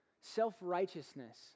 Self-righteousness